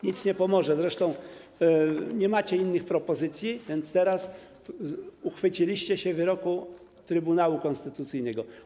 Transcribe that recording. Nic nie pomoże, zresztą nie macie innych propozycji, więc teraz uchwyciliście się wyroku Trybunału Konstytucyjnego.